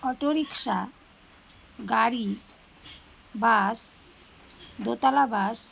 autorickshaw গাড়ি bus দোতলা বাস